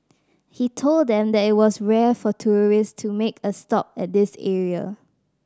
he told them that it was rare for tourists to make a stop at this area